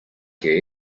que